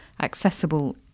accessible